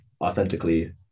authentically